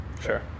Sure